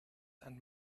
and